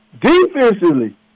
defensively